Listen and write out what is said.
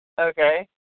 Okay